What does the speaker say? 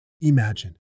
imagine